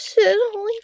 holy